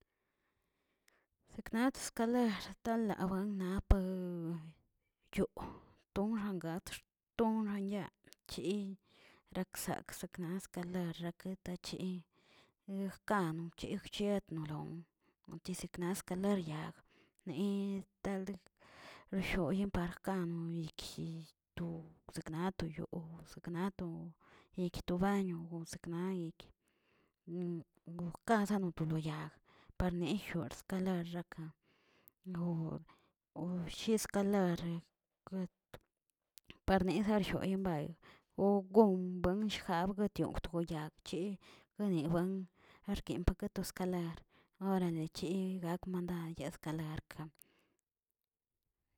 Sekna to skaler nanalan buapə un yoo wxangatrx ton xanñaa chii raksak sakna skaler raketachi yijkano chi chietnolon niti sakna skaler yag ne talgd rejioni parka no yikjil seknaa to yoꞌo, sekna to yig to baño, o sekna yik wkzana to lo yag, perne jiurs kane xaka ob- obshez skalare, guet parne jarjirin bay o gon buenjshabkotioꞌ tjoyag chieꞌ wenibuan arkin pake to skaler orale chi yak mandad yeskalerka.